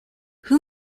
who